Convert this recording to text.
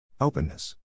Openness